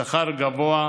שכר גבוה,